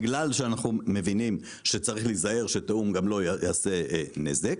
בגלל שאנחנו מבינים שצריך להיזהר שתיאום גם לא יעשה נזק,